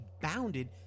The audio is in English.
bounded